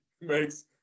makes